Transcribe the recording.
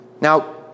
Now